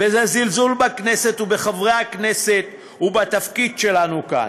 וזה זלזול בכנסת ובחברי הכנסת ובתפקיד שלנו כאן.